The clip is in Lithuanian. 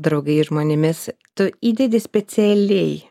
draugais žmonėmis tu įdedi specialiai